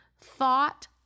thought